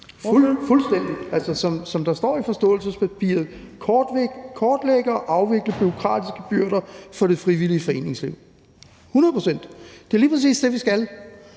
Fuldstændig. Som der står i forståelsespapiret: kortlægge og afvikle bureaukratiske byrder for det frivillige foreningsliv. Hundrede procent. Det er lige præcis det, vi skal.